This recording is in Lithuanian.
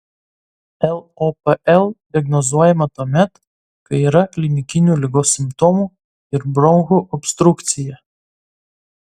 lopl diagnozuojama tuomet kai yra klinikinių ligos simptomų ir bronchų obstrukcija